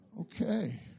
Okay